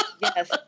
Yes